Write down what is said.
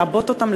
לעבות אותם,